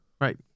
Right